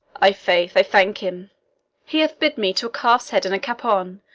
i' faith, i thank him he hath bid me to a calf's-head and a capon,